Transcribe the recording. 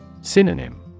Synonym